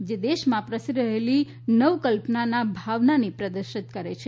જે દેશમાં પ્રસરી રહેલી નવકલ્પના ભાવના પ્રદર્શિત કરે છે